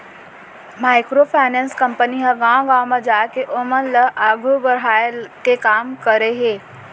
micro finance company ह गाँव गाँव म जाके ओमन ल आघू बड़हाय के काम करे हे